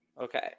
Okay